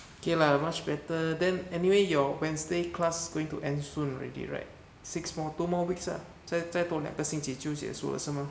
okay lah much better than anyway your wednesday class going to end soon already right six more two more weeks lah 再多两个星期就结束了是吗